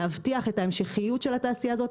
את ההמשכיות של התעשייה הזו,